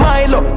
Milo